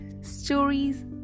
stories